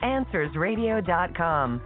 AnswersRadio.com